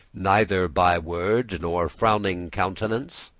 neither by word, nor frowning countenance?